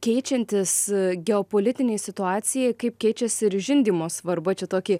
keičiantis geopolitinei situacijai kaip keičiasi ir žindymo svarba čia tokį